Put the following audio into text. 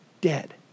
dead